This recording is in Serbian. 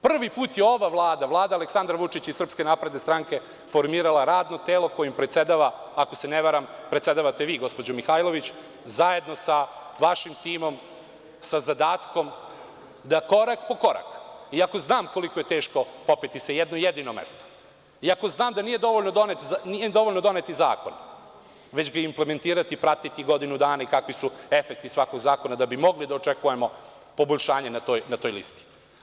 Prvi put je ova Vlada, Vlada Aleksandra Vučića i SNS formirala radno telo, kojim predsedava, ako se ne varam, predsedavate vi, gospođo Mihajlović zajedno sa vašim timom sa zadatkom da korak po korak, i ako znam koliko je teško popeti se jedno jedino mesto, i ako znam da nije dovoljno doneti zakon, već ga implementirati, pratiti godinu dana i kakvi su efekti svakog zakona, da bi mogli da očekujemo poboljšanje na toj listi.